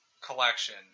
collection